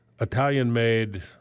Italian-made